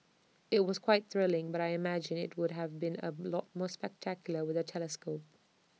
IT was quite thrilling but I imagine IT would have been A lot more spectacular with A telescope